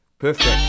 Perfect